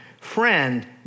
friend